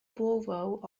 borough